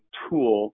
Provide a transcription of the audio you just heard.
tool